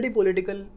political